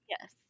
Yes